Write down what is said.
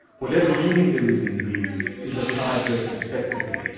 whatever meaning there is in dreams is applied retrospectively,